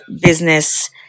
business